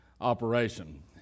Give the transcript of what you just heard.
operation